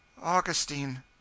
Augustine